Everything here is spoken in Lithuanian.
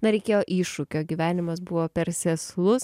na reikėjo iššūkio gyvenimas buvo per sėslus